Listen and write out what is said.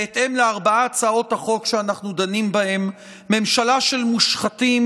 בהתאם לארבע הצעות החוק שאנחנו דנים בהן: ממשלה של מושחתים,